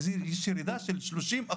ישנה ירידה של 30%,